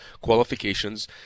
qualifications